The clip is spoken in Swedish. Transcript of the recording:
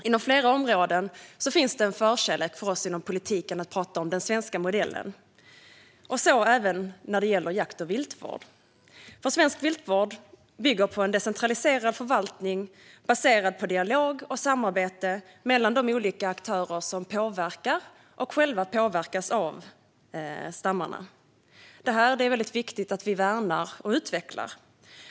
På flera områden finns det en förkärlek hos oss inom politiken för att prata om den svenska modellen - så även när det gäller jakt och viltvård. Svensk viltvård bygger på en decentraliserad förvaltning baserad på dialog och samarbete mellan de olika aktörer som påverkar och själva påverkas av stammarna. Detta är det viktigt att vi värnar och utvecklar.